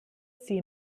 sie